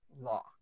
law